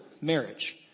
marriage